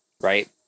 right